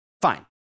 fine